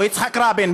או יצחק רבין,